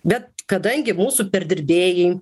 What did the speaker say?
bet kadangi mūsų perdirbėjai